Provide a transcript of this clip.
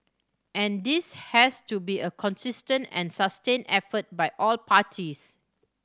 and this has to be a consistent and sustained effort by all parties